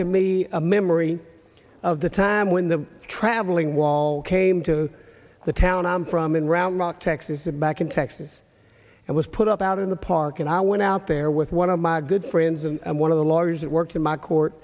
to me a memory of the time when the traveling wall came to the town i'm from in round rock texas and back in texas and was put up out in the park and i went out there with one of my good friends and one of the lawyers that worked in my court